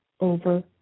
over